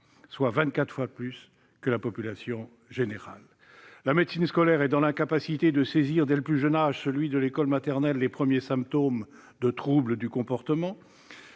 fois plus que dans la population générale. La médecine scolaire est dans l'incapacité de saisir dès le plus jeune âge, celui de l'école maternelle, les premiers symptômes de troubles du comportement.